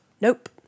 Nope